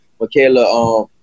Michaela